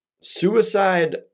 Suicide